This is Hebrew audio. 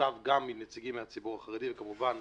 שתורכב גם מנציגים מהציבור החרדי וכמובן